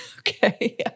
Okay